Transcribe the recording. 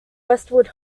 westward